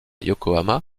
yokohama